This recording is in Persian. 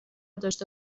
داشته